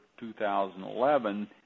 2011